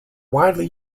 widely